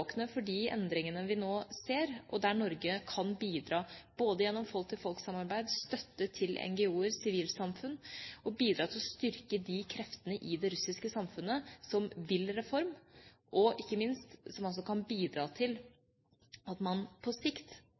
for de endringene vi nå ser, og der Norge kan bidra, både gjennom folk-til-folk-samarbeid, støtte til NGO-er, til sivilsamfunn, til å styrke de kreftene i det russiske samfunnet som vil reform, og ikke minst kan bidra til at man på sikt